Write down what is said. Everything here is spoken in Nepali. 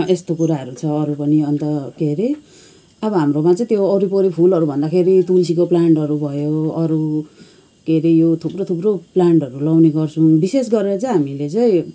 यस्तो कुराहरू छ अरू पनि अन्त के अरे अब हाम्रोमा चाहिँ त्यो वरिपरि फुलहरू भन्दाखेरि तुलसीको प्लान्टहरू भयो अरू के अरे यो थुप्रो थुप्रो प्लान्टहरू लाउने गर्छौँ विशेष गरेर चाहिँ हामीले चाहिँ